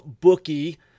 bookie